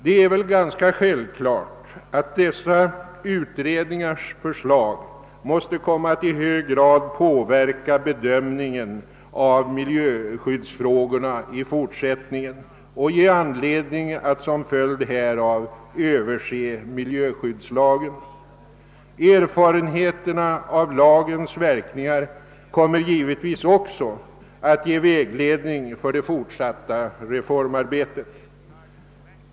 Det är väl ganska självklart att dessa utredningars förslag måste komma att i hög grad påverka bedömningen av miljöskyddsfrågorna i fortsättningen och ge anledning till en översyn av miljöskyddslagen. Erfarenheterna av lagens verkningar kommer givetvis också att ge vägledning för det fortsatta reformarbetet.